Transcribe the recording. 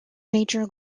major